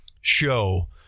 show